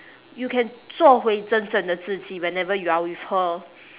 you can 做回真正的自己 whenever you are with her